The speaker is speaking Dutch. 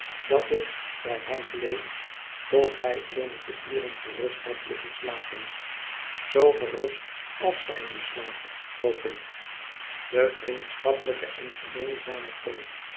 dat ik bij hem bleef tot hij eenige uren gerust had liggen slapen zoo gerust als zij nu slaapt hoop ik de vriendschappelijke en gemeenzame toon